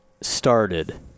started